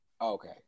Okay